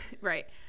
Right